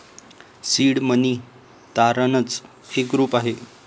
seed money तारणाच एक रूप आहे